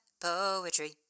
poetry